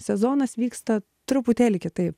sezonas vyksta truputėlį kitaip